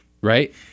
Right